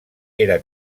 era